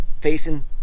facing